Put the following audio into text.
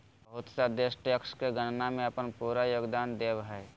बहुत सा देश टैक्स के गणना में अपन पूरा योगदान देब हइ